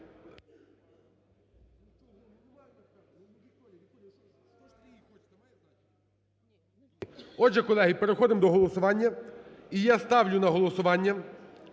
Отже, колеги, переходимо до голосування. І я ставлю на голосування